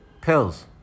pills